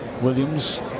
Williams